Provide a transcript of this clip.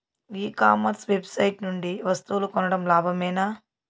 E commerce website నుండి వస్తువులు కొనడం లాభమేనా?